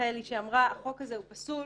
מיכאלי שאמרה החוק הזה פסול